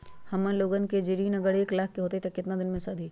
हमन लोगन के जे ऋन अगर एक लाख के होई त केतना दिन मे सधी?